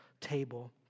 table